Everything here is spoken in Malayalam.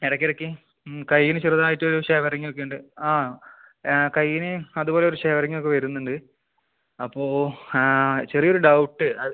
ഇടയ്ക്കിടയ്ക്ക് കയ്യിന് ചെറുതായിട്ട് ഒരു ഷെവറിങ്ങ് ഒക്കെയുണ്ട് ആ കയ്യിന് അതുപോലൊരു ഷെവറിങ്ങ് ഒക്കെ വരുന്നുണ്ട് അപ്പോൾ ആ ചെറിയൊരു ഡൗട്ട്